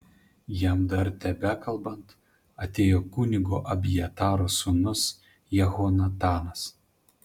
jam dar tebekalbant atėjo kunigo abjataro sūnus jehonatanas